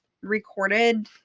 recorded